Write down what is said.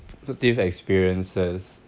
positive experiences